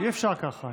אי-אפשר ככה.